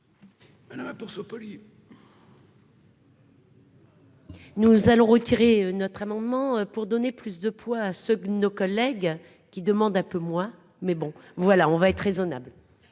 ce policier. Nous allons retirer notre amendement pour donner plus de poids à ceux de nos collègues qui demande un peu moins mais bon voilà, on va être raisonnable.